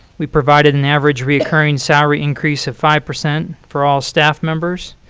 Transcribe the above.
we provided an average reoccurring salary increase of five percent for all staff members.